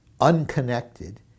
unconnected